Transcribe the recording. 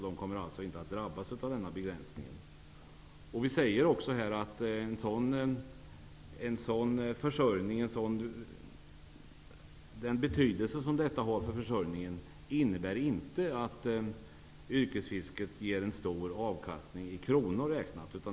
De kommer alltså inte att drabbas av denna begränsning. Vi säger också att den betydelse som detta har för försörjningen inte innebär att yrkesfisket skall ge en stor avkastning i kronor räknat.